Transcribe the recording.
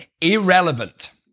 irrelevant